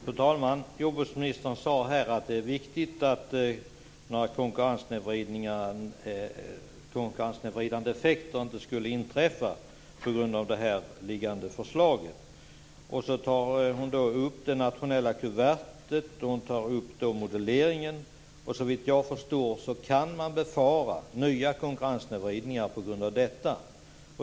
Fru talman! Jordbruksministern sade att det är viktigt att inga konkurrenssnedvridande effekter uppstår på grund av det här förslaget. Sedan tog hon upp det nationella kuvertet och moduleringen. Såvitt jag förstår kan man befara nya konkurrenssnedvridningar på grund av detta.